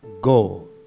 go